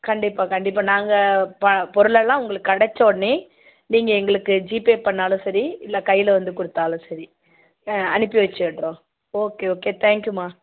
கண்டிப்பாக கண்டிப்பாக நாங்கள் ப பொருளெல்லாம் உங்களுக்கு கிடச்சோனே நீங்கள் எங்களுக்கு ஜிபே பண்ணாலும் சரி இல்லை கையில வந்து கொடுத்தாலும் சரி ஆ அனுப்பிவச்சிட்றோம் ஓகே ஓகே தேங்க் யூ மா